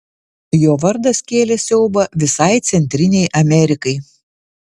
jo vardas kėlė siaubą visai centrinei amerikai